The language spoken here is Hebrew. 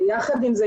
יחד עם זה,